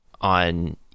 on